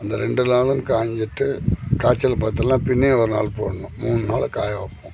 அந்த ரெண்டு நாளும் காஞ்சிட்டு காய்ச்சலு பார்த்தேல்னா பின்னையும் ஒரு நாள் போடணும் மூணு நாளாக காய வைப்போம்